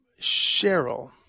Cheryl